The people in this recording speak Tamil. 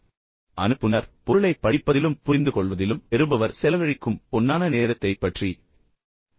இப்போது அனுப்புநர் பொருளைப் படிப்பதிலும் புரிந்துகொள்வதிலும் பெறுபவர் செலவழிக்கும் பொன்னான நேரத்தைப் பற்றி கவலைப்படவில்லை என்பதை இது குறிக்கிறது